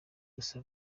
gusa